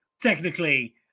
technically